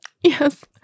yes